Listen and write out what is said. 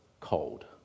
cold